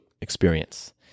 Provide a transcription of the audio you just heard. experience